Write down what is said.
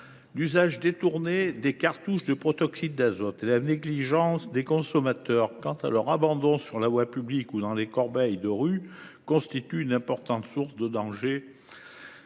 l’usage détourné des cartouches de protoxyde d’azote et la négligence des consommateurs quant à leur abandon sur la voie publique ou dans les corbeilles de rue constituent une importante source de danger